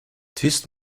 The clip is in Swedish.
tyst